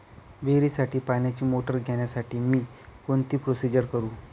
विहिरीसाठी पाण्याची मोटर घेण्यासाठी मी कोणती प्रोसिजर करु?